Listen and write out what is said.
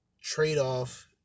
trade-off